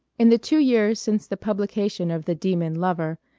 in the two years since the publication of the demon lover,